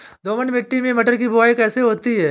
दोमट मिट्टी में मटर की बुवाई कैसे होती है?